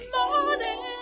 morning